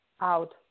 out